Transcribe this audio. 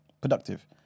productive